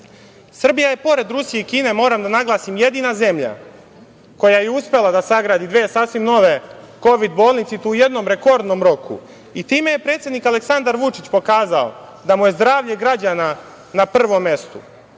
je pored Rusije i Kine, moram da naglasim, jedina zemlja koja je uspela da sagradi dve sasvim nove kovid bolnice i to u jednom rekordnom roku. Time je predsednik Aleksandar Vučić pokazao da mu je zdravlje građana na prvom mestu